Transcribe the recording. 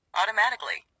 automatically